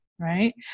right